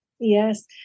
Yes